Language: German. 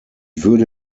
würde